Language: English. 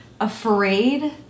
afraid